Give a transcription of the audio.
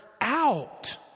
out